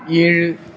ஏழு